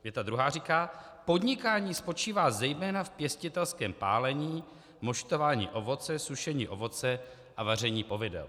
Věta druhá říká: Podnikání spočívá zejména v pěstitelském pálení, moštování ovoce, sušení ovoce a vaření povidel.